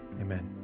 amen